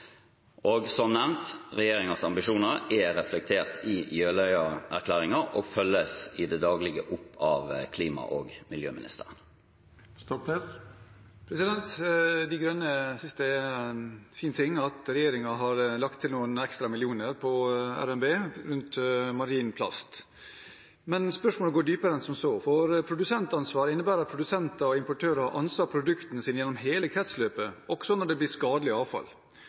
Som nevnt, regjeringens ambisjoner er reflektert i Jeløya-erklæringen og følges i det daglige opp av klima- og miljøministeren. Miljøpartiet De Grønne synes det er fint at regjeringen har lagt inn noen ekstra millioner i revidert nasjonalbudsjett rundt marin plast. Men spørsmålet går dypere enn som så. Produsentansvaret innebærer at produsenter og importører har ansvar for produktene sine gjennom hele kretsløpet, også når det blir til skadelig avfall.